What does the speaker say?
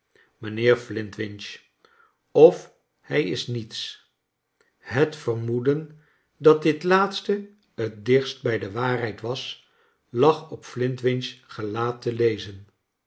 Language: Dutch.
mijnheer flintwinch of hij is niets het vermoeden dat dit laatste het dichtst bij de waarheid was lag op flintwinch's gelaat te lezen